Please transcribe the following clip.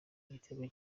igitego